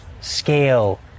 scale